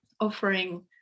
offering